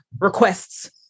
requests